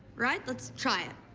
right? let's try it.